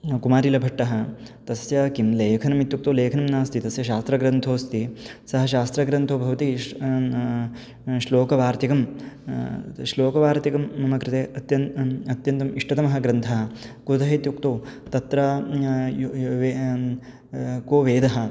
कुमारीलभट्टः तस्य किं लेखनम् इत्युक्तौ लेखनं नास्ति तस्य शास्त्रग्रन्थो अस्ति सः शास्त्रग्रन्थो भवति श्लोकवार्तिकं श्लोकवार्तिकं मम कृते अत्यन्तम् अत्यन्तम् इष्टतमः ग्रन्थः कुतः इत्युक्तौ तत्र को वेदः